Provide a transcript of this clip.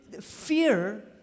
fear